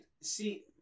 see